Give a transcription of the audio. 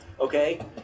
Okay